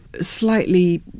slightly